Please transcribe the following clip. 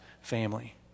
family